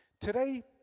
Today